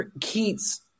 Keats